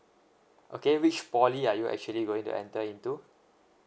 okay which poly are you actually going to enter into